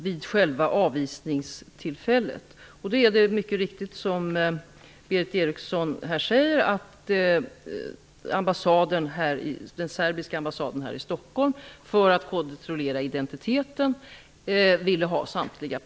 Vid själva avvisningstillfället är det mycket riktigt så, som Berith Eriksson här säger, att den serbiska ambassaden här i Stockholm ville ha samtliga pass för kontroll av identitet.